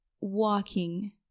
walking